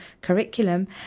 curriculum